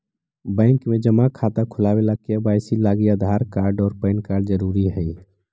bank में जमा खाता खुलावे ला के.वाइ.सी लागी आधार कार्ड और पैन कार्ड ज़रूरी हई